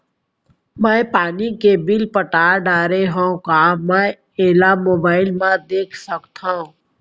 मैं पानी के बिल पटा डारे हव का मैं एला मोबाइल म देख सकथव?